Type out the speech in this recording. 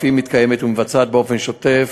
אף היא מתקיימת ומתבצעת באופן שוטף,